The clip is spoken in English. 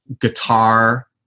guitar